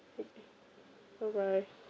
okay bye bye